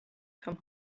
come